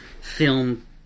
film